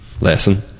lesson